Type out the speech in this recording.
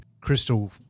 crystal